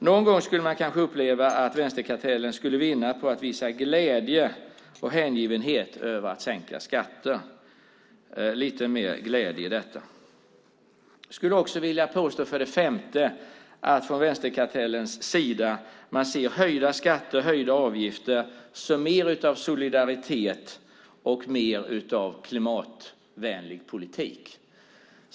Någon gång skulle man kanske uppleva att vänsterkartellen skulle vinna på att visa lite mer glädje och hängivenhet över att sänka skatten. För det femte skulle jag också vilja påstå att vänsterkartellen ser höjda skatter och höjda avgifter som mer av solidaritet och mer av klimatvänlig politik.